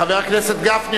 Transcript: חבר הכנסת גפני,